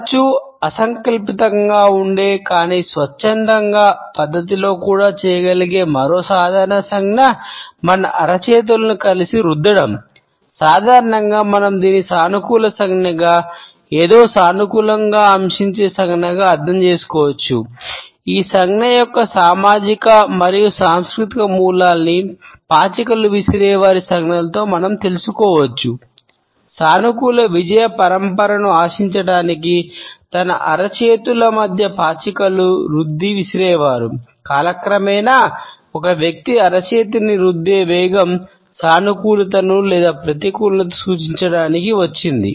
తరచూ అసంకల్పితంగా రుద్ది విసిరేవారు కాలక్రమేణా ఒక వ్యక్తి అరచేతిని రుద్దే వేగం సానుకూలతను లేదా ప్రతికూలతను సూచించడానికి వచ్చింది